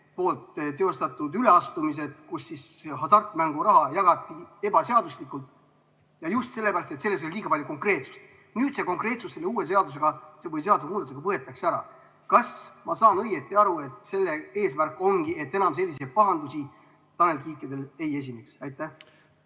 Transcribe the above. Kiige teostatud üleastumised: hasartmänguraha jagati ebaseaduslikult ja just sellepärast, et selles oli liiga palju konkreetsust. Nüüd see konkreetsus selle seadusemuudatusega võetakse ära. Kas ma saan õieti aru, et eesmärk ongi, et enam selliseid pahandusi Tanel Kiikedel ei esineks? Aitäh!